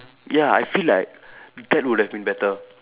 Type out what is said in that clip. ya I feel like that would have been better